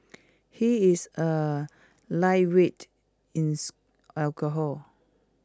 he is A lightweight in alcohol